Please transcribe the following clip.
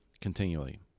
continually